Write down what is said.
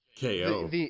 KO